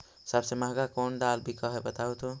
सबसे महंगा कोन दाल बिक है बताहु तो?